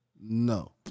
No